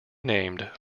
named